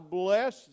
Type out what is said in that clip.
bless